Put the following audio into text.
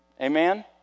Amen